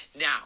Now